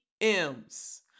M's